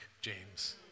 James